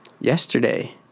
yesterday